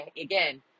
again